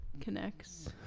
Connects